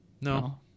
No